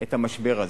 את המשבר הזה,